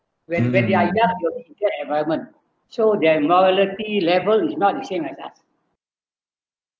when when they are he only he get environment so them morality level is not the same like us